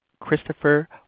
Christopher